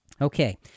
Okay